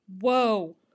whoa